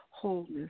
wholeness